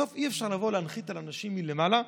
בסוף אי-אפשר לבוא להנחית על אנשים מלמעלה.